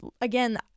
again